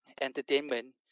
entertainment